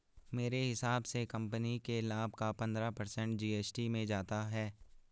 मेरे हिसाब से कंपनी के लाभ का पंद्रह पर्सेंट जी.एस.टी में जाता है